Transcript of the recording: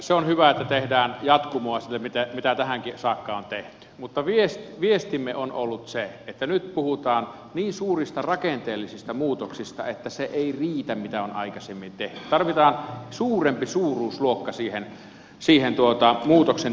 se on hyvä että tehdään jatkumoa sille mitä tähänkin saakka on tehty mutta viestimme on ollut se että nyt puhutaan niin suurista rakenteellisista muutoksista että se ei riitä mitä on aikaisemmin tehty tarvitaan suurempi suuruusluokka siihen muutoksen tekemiseen